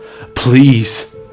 Please